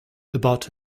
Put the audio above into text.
about